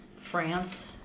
France